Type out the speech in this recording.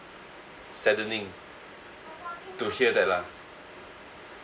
saddening to hear that lah